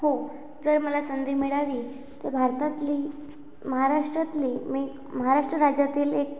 हो जर मला संधी मिळाली तर भारतातली महाराष्ट्रातली मी महाराष्ट्र राज्यातील एक